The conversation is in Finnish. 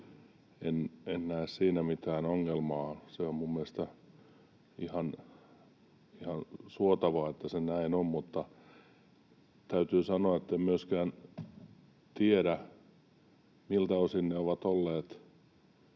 En näe siinä mitään ongelmaa. Se on minun mielestäni ihan suotavaa, että se näin on. Mutta täytyy sanoa, etten myöskään tiedä, miltä osin ne ovat olleet